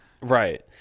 Right